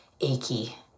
achy